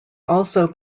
also